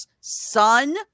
son